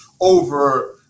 over